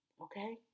Okay